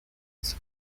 its